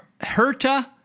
Herta